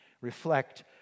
Reflect